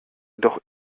doch